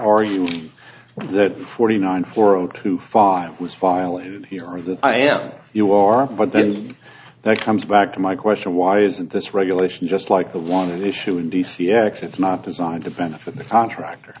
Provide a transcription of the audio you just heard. arguing that forty nine four zero two five was violated here are the i am you are but then that comes back to my question why isn't this regulation just like the one and issue in d c x it's not designed to benefit the contractor